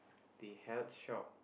the health shop